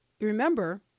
remember